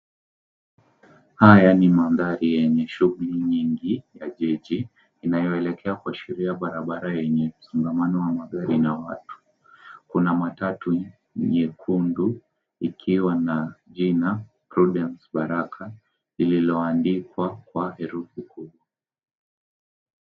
Haya ni mandhari yenye shughuli nyingi ya jiji inayoelekea kuashiria barabara yenye msongomano wa magari na watu. Kuna matatu nyekundu, ikiwa na jina Prudence Baraka lililoandikwa kwa herufi kubwa.